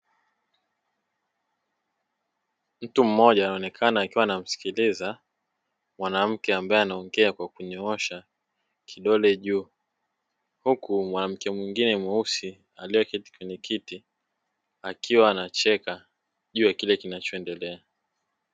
Mtu mmoja anaonekana akiwa anamsikiliza mwanamke ambaye anaongea kwa kunyoosha kidole juu, huku mwanamke mwingine mweusi aliyeketi kwenye kiti akiwa anacheka juu ya kile kinachoendelea.